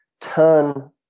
turn